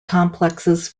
complexes